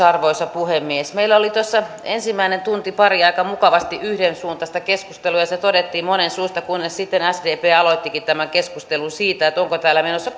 arvoisa puhemies meillä oli tuossa ensimmäinen tunti pari aika mukavasti yhdensuuntaista keskustelua ja se todettiin monen suusta kunnes sitten sdp aloittikin tämän keskustelun siitä onko täällä menossa